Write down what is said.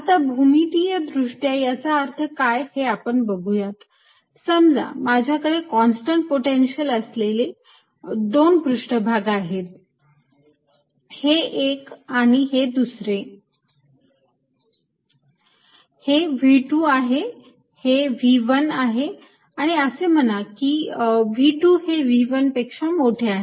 आता भूमितीय दृष्ट्या याचा अर्थ काय हे आपण बघूयात समजा माझ्याकडे कॉन्स्टंट पोटेन्शियल असलेले दोन पृष्ठभाग आहेत हे एक आणि हे दुसरे हे V2 आहे हे V1 आहे आणि असे म्हणा की V2 हे V1 पेक्षा मोठे आहे